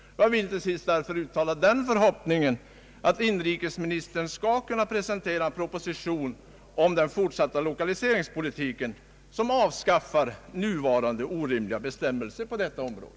Jag vill därför uttala den förhoppningen att inrikesministern skall kunna presentera en proposition om den fortsatta lokaliseringspolitiken som avskaffar nuvarande orimliga bestämmelser på detta område.